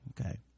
Okay